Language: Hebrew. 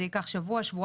זה ייקח שבוע-שבועיים,